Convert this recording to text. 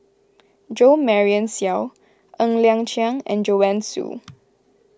Jo Marion Seow Ng Liang Chiang and Joanne Soo